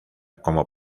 como